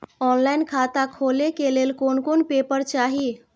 Online खाता खोले के लेल कोन कोन पेपर चाही?